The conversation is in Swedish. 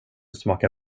smaka